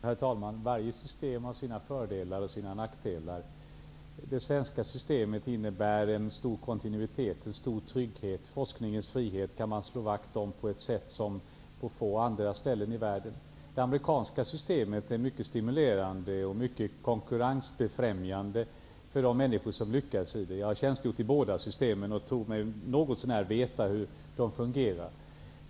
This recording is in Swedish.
Herr talman! Varje system har sina fördelar och nackdelar. Det svenska systemet innebär en stor kontinuitet och en stor trygghet. Man kan slå vakt om forskningens frihet på ett sätt som man kan göra på få andra ställen i världen. Det amerikanska systemet är mycket stimulerande och mycket konkurrensbefrämjande för de människor som lyckas i det. Jag har tjänstgjort i båda systemen. Jag tror mig något så när veta hur de fungerar.